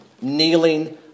Kneeling